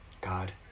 God